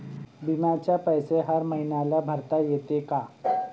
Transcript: बिम्याचे पैसे हर मईन्याले भरता येते का?